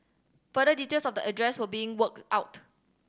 further details of the address were being worked out